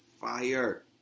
fire